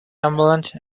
ambivalent